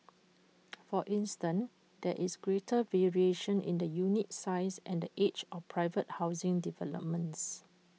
for instance there is greater variation in the unit size and age of private housing developments